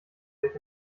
sich